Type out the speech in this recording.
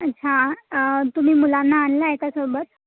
अच्छा तुम्ही मुलांना आणलं आहे का सोबत